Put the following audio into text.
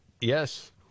yes